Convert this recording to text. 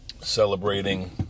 Celebrating